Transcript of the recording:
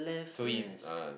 three uh